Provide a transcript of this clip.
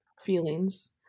feelings